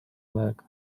leg